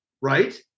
right